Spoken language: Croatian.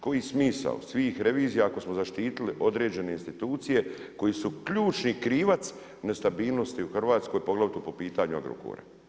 Koji je smisao svih revizija ako smo zaštitili određene institucije koji su ključni krivac nestabilnosti u Hrvatskoj poglavito po pitanju Agrokora.